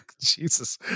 Jesus